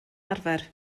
arfer